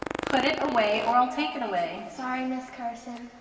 put it away or i'll take it away. sorry, ms. carson.